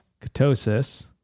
Ketosis